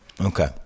Okay